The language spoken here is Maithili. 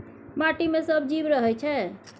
माटि मे सब जीब रहय छै